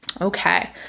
Okay